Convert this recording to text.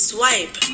Swipe